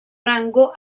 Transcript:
rango